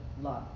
love